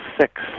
six